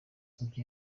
ivyo